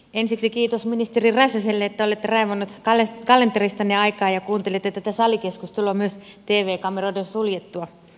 ensiksi kiitos ministeri räsäselle että olette raivannut kalenteristanne aikaa ja kuuntelette tätä salikeskustelua myös tv kameroiden sulkeuduttua